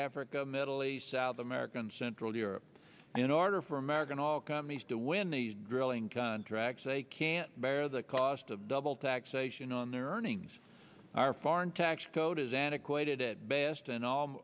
africa middle east south america and central europe in order for american auto companies to win these drilling contracts they can't bear the cost of double taxation on their earnings our foreign tax code is an equated at best and